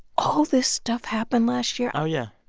all this stuff happened last year? oh, yeah.